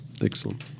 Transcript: Excellent